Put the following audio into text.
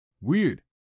Weird